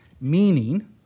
meaning